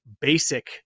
basic